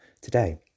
today